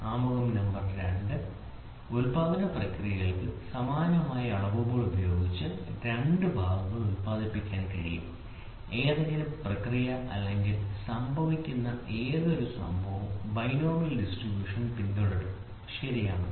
ആമുഖം നമ്പർ രണ്ട് ഉൽപാദന പ്രക്രിയകൾക്ക് സമാനമായ അളവുകൾ ഉപയോഗിച്ച് രണ്ട് ഭാഗങ്ങൾ ഉൽപാദിപ്പിക്കാൻ കഴിയും ഏതെങ്കിലും പ്രക്രിയ അല്ലെങ്കിൽ സംഭവിക്കുന്ന ഏതൊരു സംഭവവും ബൈനോമിയൽ ഡിസ്ട്രിബ്യുഷൻ പിന്തുടരും ശരിയാണ്